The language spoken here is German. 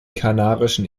kanarischen